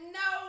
no